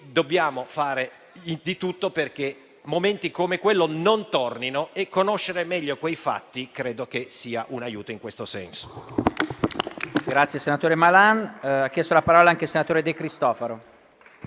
Dobbiamo fare di tutto perché momenti come quello non tornino, e conoscere meglio quei fatti credo che sia un aiuto in questo senso.